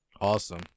awesome